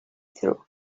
through